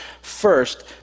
First